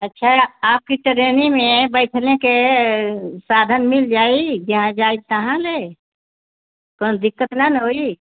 अच्छा या आपकी ट्रेनी में बैठने के साधन मिल जाई जहाँ जाइक तहाँ ले कौनों दिक्कत नय न होई